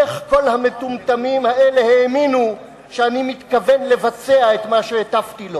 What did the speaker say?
איך כל המטומטמים האלה האמינו שאני מתכוון לבצע את מה שהטפתי לו.